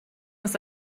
ist